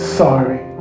sorry